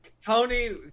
Tony